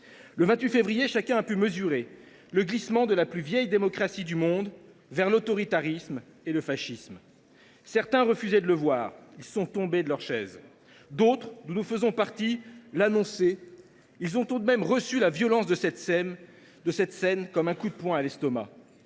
Le 28 février, chacun a pu juger du glissement de la plus vieille démocratie du monde vers l’autoritarisme et le fascisme. Certains refusaient de le voir : ils sont tombés de leur chaise ! D’autres, dont nous faisons partie, l’annonçaient : ils ont tout de même reçu de plein fouet la violence de cette scène, tel un coup de poing dans l’estomac.